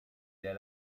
dai